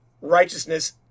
righteousness